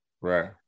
Right